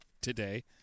today